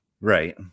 Right